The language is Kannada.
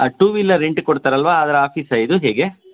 ಟು ವಿಲರ್ ರೆಂಟಿಗ್ ಕೊಡ್ತಾರಲ್ವಾ ಅದ್ರ ಆಫೀಸಾ ಇದು ಹೇಗೆ